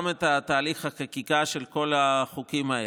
גם את תהליך החקיקה של כל החוקים האלה.